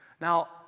Now